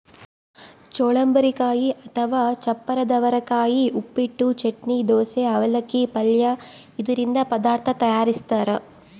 ಚಳ್ಳಂಬರೆಕಾಯಿ ಅಥವಾ ಚಪ್ಪರದವರೆಕಾಯಿ ಉಪ್ಪಿಟ್ಟು, ಚಟ್ನಿ, ದೋಸೆ, ಅವಲಕ್ಕಿ, ಪಲ್ಯ ಇದರಿಂದ ಪದಾರ್ಥ ತಯಾರಿಸ್ತಾರ